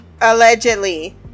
allegedly